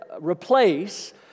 replace